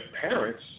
parents